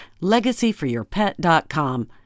LegacyForYourPet.com